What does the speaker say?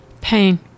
Pain